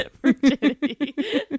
virginity